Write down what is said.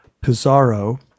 pizarro